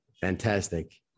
fantastic